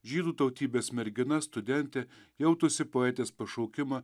žydų tautybės mergina studentė jautusi poetės pašaukimą